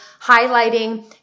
highlighting